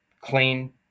clean